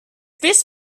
this